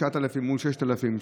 9,000 מול 6,000,